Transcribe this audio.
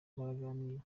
baraganira